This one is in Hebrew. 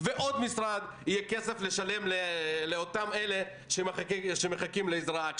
ועוד משרד יהיה כסף לאותם קשישים שמחכים לעזרה.